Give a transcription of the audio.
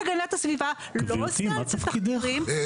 גברתי מה תפקידך?